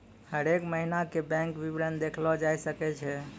हरेक महिना के बैंक विबरण देखलो जाय सकै छै